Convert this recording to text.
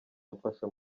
amfasha